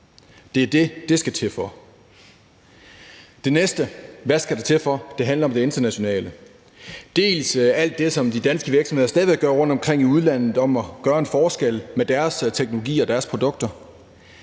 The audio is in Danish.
Det er det, det skal til for. Det næste »hvad skal det til for?« handler om det internationale. Dels alt det, som de danske virksomheder stadig væk gør rundtomkring i udlandet, om at gøre en forskel med deres teknologier og deres produkter